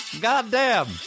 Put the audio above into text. Goddamn